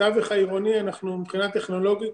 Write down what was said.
לתווך העירוני אנחנו מבחינה טכנולוגית